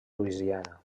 louisiana